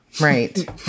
Right